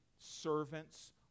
servants